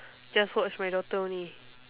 just watch my daughter only